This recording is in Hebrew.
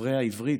דוברי העברית,